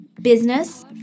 business